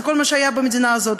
זה כל מה שהיה במדינה הזאת.